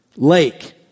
Lake